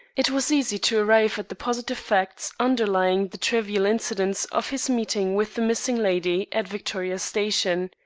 it was easy to arrive at the positive facts underlying the trivial incidents of his meeting with the missing lady at victoria station.